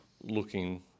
looking